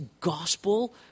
gospel